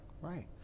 Right